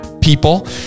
people